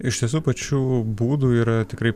iš tiesų pačių būdų yra tikrai